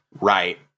right